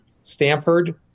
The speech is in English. Stanford